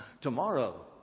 tomorrow